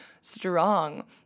strong